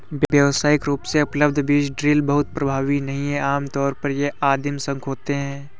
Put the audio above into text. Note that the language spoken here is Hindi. व्यावसायिक रूप से उपलब्ध बीज ड्रिल बहुत प्रभावी नहीं हैं आमतौर पर ये आदिम शंकु होते हैं